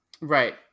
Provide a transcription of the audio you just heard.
Right